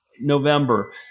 November